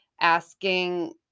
asking